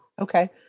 Okay